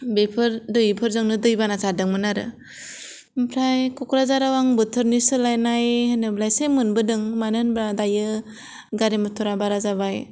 बेफोर दैजोंनो दै बाना जादों मोन आरो आमफ्राय क'क्राझाराव आं बोथोरनि सोलायनाय होनोबा एसे मोनबोदों मानो होनोबा दायो गारि मटरा बारा जाबाय